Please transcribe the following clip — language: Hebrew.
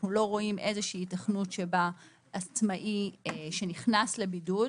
אנחנו לא רואים היתכנות שבה עצמאי שנכנס לבידוד,